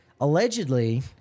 allegedly –